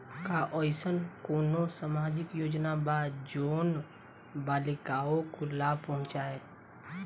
का अइसन कोनो सामाजिक योजना बा जोन बालिकाओं को लाभ पहुँचाए?